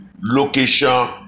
Location